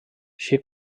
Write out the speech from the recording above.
així